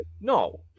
No